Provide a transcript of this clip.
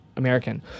American